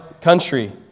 country